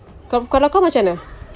kau kalau kau macam mana